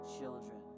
children